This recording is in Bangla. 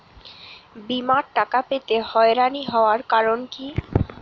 বিমার টাকা পেতে হয়রানি হওয়ার কারণ কি?